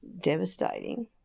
devastating